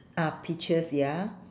ah peaches ya